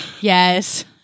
yes